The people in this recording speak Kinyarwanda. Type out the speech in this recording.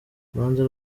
urubanza